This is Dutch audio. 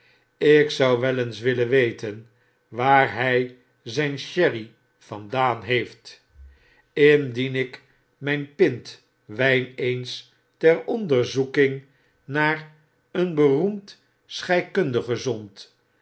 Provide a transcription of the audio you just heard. ik zou wel eens willen weten waar hij zijn sherry vandaan heeft indien ik mijn pint wijn eens ter onderzoeking naar een beroemd scheikundige zond